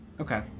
Okay